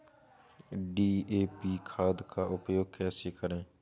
DAP खाद का उपयोग कैसे करें?